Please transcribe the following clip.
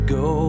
go